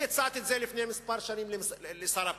אני הצעתי את זה לפני כמה שנים לשר הפנים.